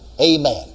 Amen